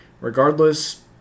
Regardless